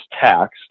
taxed